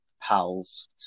pals